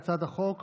ההצעה להעביר